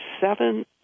seven